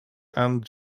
and